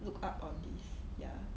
look up on this ya